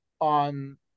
on